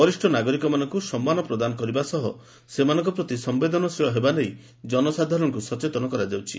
ବରିଷ୍ଡ ନାଗରିକ ମାନଙ୍କୁ ସମ୍ମାନ ପ୍ରଦାନ କରିବା ସହ ସେମାନଙ୍କ ପ୍ରତି ସମ୍ଭେଦନଶୀଳ ହେବା ନେଇ ଜନସାଧାରଣଙ୍କ ସଚେତନ କରାଯାଉଛି